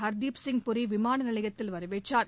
ஹர்தீப் சிங் பூரி விமான நிலையத்தில் வரவேற்றார்